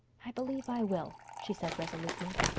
i believe i will, she said resolutely.